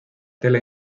tela